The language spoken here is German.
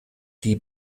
die